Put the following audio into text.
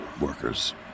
workers